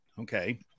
Okay